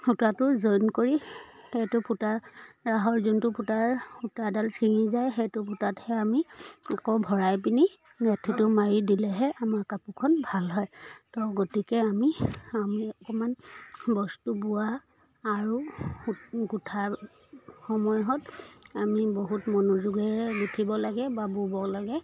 সূতাটো জইন কৰি সেইটো সূতা ৰাহৰ যোনটো ফুটাৰ সূতাডাল ছিঙি যায় সেইটো ফুটাতহে আমি আকৌ ভৰাই পিনি গাঁথিটো মাৰি দিলেহে আমাৰ কাপোৰখন ভাল হয় তো গতিকে আমি আমি অকণমান বস্তু বোৱা আৰু সূ গোঁঠাৰ সময়ত আমি বহুত মনোযোগেৰে গুঁঠিব লাগে বা ব'ব লাগে